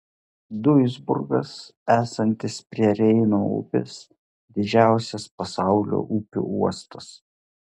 duisburgas esantis prie reino upės didžiausias pasaulio upių uostas